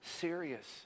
serious